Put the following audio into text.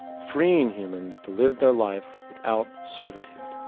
freeing humans to live their life without servitude.